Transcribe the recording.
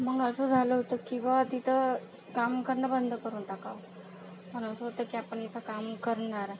मग असं झालं होतं की बुवा तिथं काम करणं बंद करून टाकावं पण असं होतं की आपण इथं काम करणार